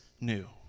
new